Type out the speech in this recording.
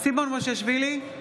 סימון מושיאשוילי,